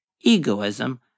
Egoism